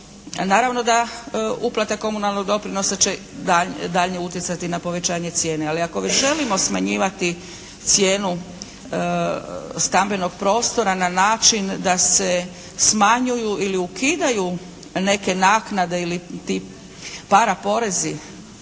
naravno da uplata komunalnog doprinosa će daljnje utjecati na povećanje cijene. Ali ako već želimo smanjivati cijenu stambenog prostora na način da se smanjuju ili ukidaju neke naknade ili ti, para porezi